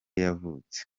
yavutse